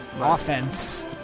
offense